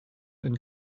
and